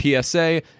PSA